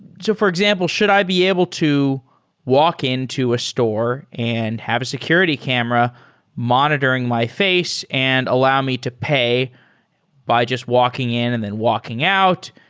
so for example, should i be able to walk into a store and have a security camera monitoring my face and allow me to pay by just walking in and then walking out?